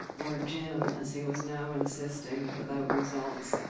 or jim, as he was now insisting without results.